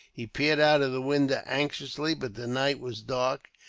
he peered out of the window anxiously, but the night was dark,